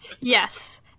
Yes